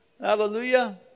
Hallelujah